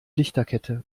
lichterkette